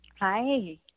Hi